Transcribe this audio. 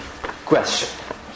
question